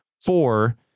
four